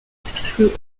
through